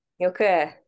Okay